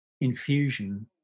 infusion